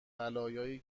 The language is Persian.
بلایی